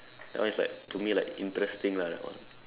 that one is like to me like interesting lah that one